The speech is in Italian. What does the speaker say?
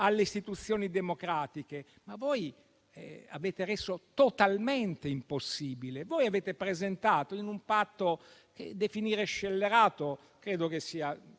alle istituzioni democratiche. Ma voi avete reso il confronto totalmente impossibile. Voi avete presentato in un patto - definirlo scellerato credo sia